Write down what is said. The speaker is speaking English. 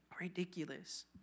Ridiculous